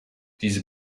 diese